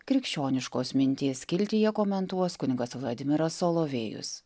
krikščioniškos minties skiltyje komentuos kunigas vladimiras solovėjus